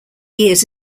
years